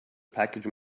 package